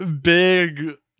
Big